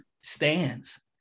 stands